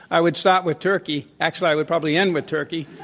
i would start with turkey. actually, i would probably end with turkey.